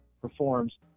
performs